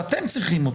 שאתם צריכים?